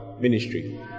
ministry